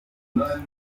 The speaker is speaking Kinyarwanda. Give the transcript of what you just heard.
kuzuza